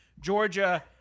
georgia